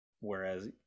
Whereas